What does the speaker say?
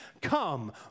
come